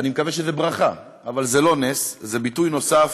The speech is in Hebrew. אני מקווה שזאת ברכה, אבל זה לא נס, זה ביטוי נוסף